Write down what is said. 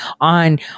on